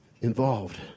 involved